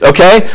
Okay